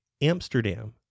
Amsterdam